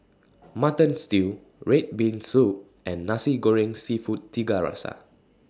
Mutton Stew Red Bean Soup and Nasi Goreng Seafood Tiga Rasa